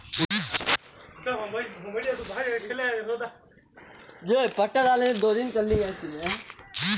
పంటలు దండిగా పండితున్నా పెబుత్వాలు కొనడానికి ముందరికి రాకపోయే